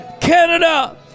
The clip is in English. Canada